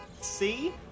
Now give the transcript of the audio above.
See